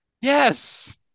Yes